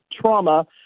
trauma